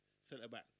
centre-back